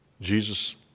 Jesus